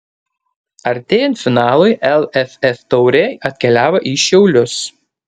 artėjant finalui lff taurė atkeliavo į šiaulius